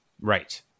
Right